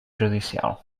judicial